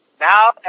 Now